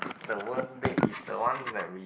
the worst date is the one that we